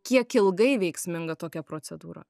kiek ilgai veiksminga tokia procedūra